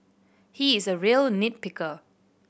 he is a real nit picker